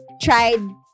tried